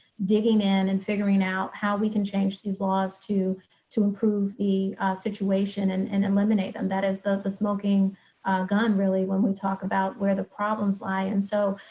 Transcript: digging in and figuring out how we can change these laws to to improve the situation and and eliminate them. that is the the smoking gun really, when we talk about where the problems lie. and so,